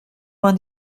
vingt